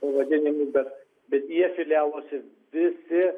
pavadinimų bet bet jie filialuose visi